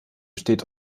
besteht